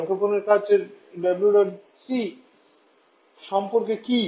সংক্ষেপণের কাজ WdotC সম্পর্কে কী